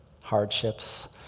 hardships